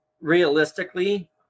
realistically